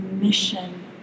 mission